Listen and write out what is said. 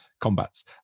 combats